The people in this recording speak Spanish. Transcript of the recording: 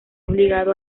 obligado